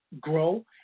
grow